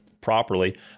properly